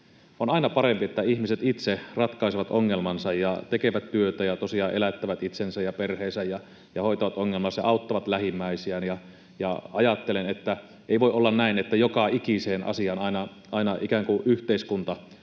On aina parempi, että ihmiset itse ratkaisevat ongelmansa ja tekevät työtä ja tosiaan elättävät itsensä ja perheensä, hoitavat ongelmansa, auttavat lähimmäisiään. Ajattelen, että ei voi olla näin, että joka ikiseen asiaan aina ikään